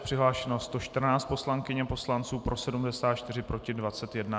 Přihlášeno 114 poslankyň a poslanců, pro 74, proti 21.